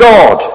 God